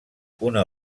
una